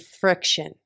friction